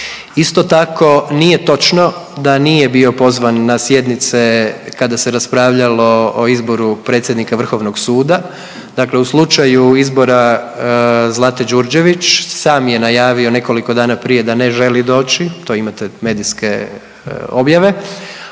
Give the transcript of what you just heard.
Isto tako, nije točno da nije bio pozvan na sjednice kada se raspravljalo o izboru predsjednika Vrhovnog suda, dakle u slučaju izbora Zlate Đurđević, sam je najavio nekoliko dana prije da ne želi doći, to imate medijske objave,